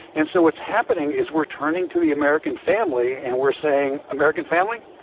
and so what's happening is we're turning to the american family and we're saying, american family,